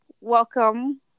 welcome